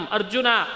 Arjuna